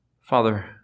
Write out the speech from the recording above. Father